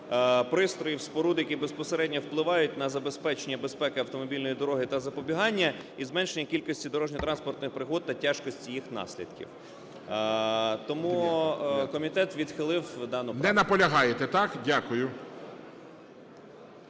пристроїв, споруд, які безпосередньо впливають на забезпечення безпеки автомобільної дороги та запобігання і зменшення кількості дорожньо-транспортних пригод та тяжкості їх наслідків. Тому комітет відхилив дану правку. ГОЛОВУЮЧИЙ. Не наполягаєте, так? Дякую.